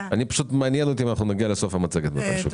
מעניין אותי אם נצליח להגיע לסוף המצגת הזאת.